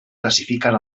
classifiquen